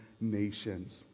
nations